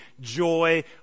joy